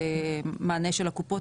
ומענה של הקופות,